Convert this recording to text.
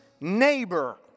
neighbor